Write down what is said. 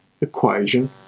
equation